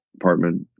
apartment